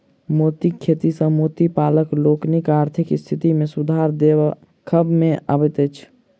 मोतीक खेती सॅ मोती पालक लोकनिक आर्थिक स्थिति मे सुधार देखबा मे अबैत अछि